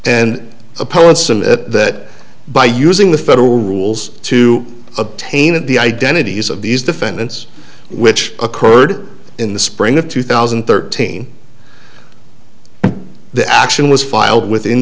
and that by using the federal rules to obtain it the identities of these defendants which occurred in the spring of two thousand and thirteen the action was filed within